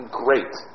great